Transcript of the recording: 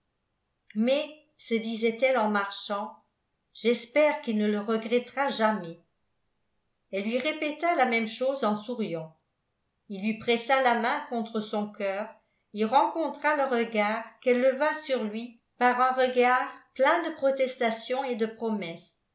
mais se disait-elle en marchant j'espère qu'il ne le regrettera jamais elle lui répéta la même chose en souriant il lui pressa la main contre son cœur et rencontra le regard qu'elle leva sur lui par un regard plein de protestation et de promesses